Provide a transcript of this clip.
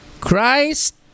Christ